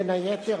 בין היתר,